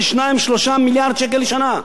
של 2 3 מיליארד שקל לשנה,